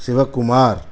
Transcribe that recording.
Sivakumar